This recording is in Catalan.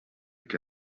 que